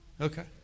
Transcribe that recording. Okay